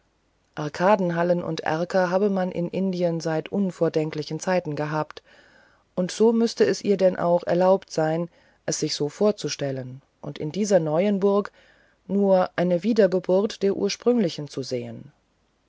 arkadenhallen und erker habe man in indien seit unvordenklichen zeiten gehabt und so müsse es ihr denn auch erlaubt sein es sich so vorzustellen und in dieser neuen burg nur eine wiedergeburt der ursprünglichen zu sehen